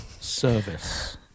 Service